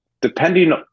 depending